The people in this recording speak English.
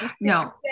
No